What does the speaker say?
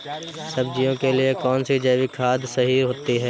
सब्जियों के लिए कौन सी जैविक खाद सही होती है?